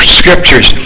scriptures